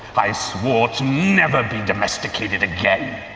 i swore to never be domesticated again.